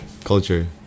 culture